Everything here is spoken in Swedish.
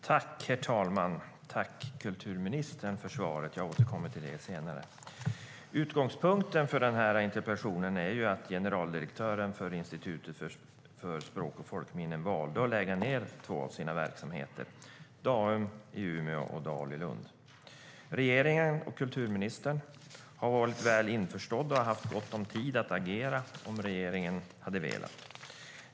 Herr talman! Tack, kulturministern, för svaret! Jag återkommer till det senare. Utgångspunkten för interpellationen är att generaldirektören för Institutet för språk och folkminnen valde att lägga ned två av sina verksamheter, nämligen Daum i Umeå och Dal i Lund. Regeringen och kulturministern har varit väl införstådda och haft gott om tid att agera om regeringen hade velat.